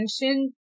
attention